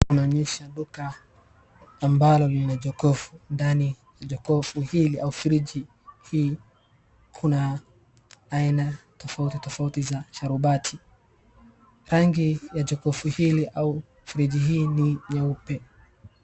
Inaonyesha duka ambalo lina jokofu. Ndani ya jokofu hili au friji hii, kuna aina tofauti tofauti za sharubati. Rangi ya jokofu hili au friji hii ni nyeupe.